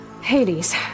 Hades